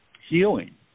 healing